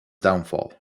downfall